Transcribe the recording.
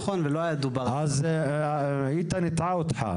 נכון ולא היה --- אז איתן הטעה אותך.